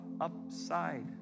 upside